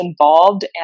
involved